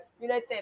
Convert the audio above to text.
united